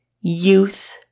youth